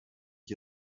ich